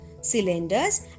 cylinders